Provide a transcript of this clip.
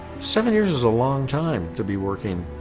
seven years is a long time to be working